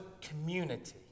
community